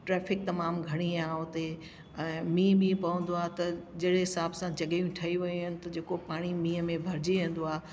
traffic तमामु घणी आहे उते अ मीहुं वीहु पवंदो आहे त जहिड़े हिसाब सां जॻहियूं ठही वियूं आहिनि त जेको पाणी मीहुं में भरिजी वेंदो आहे